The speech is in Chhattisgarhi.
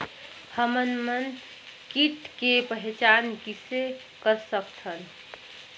हमन मन कीट के पहचान किसे कर सकथन?